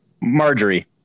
Marjorie